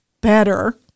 better